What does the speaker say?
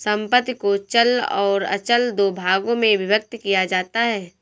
संपत्ति को चल और अचल दो भागों में विभक्त किया जाता है